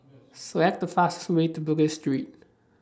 Select The fastest Way to Bugis Street